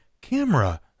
camera